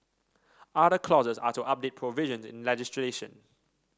other clauses are to update provisions in legislation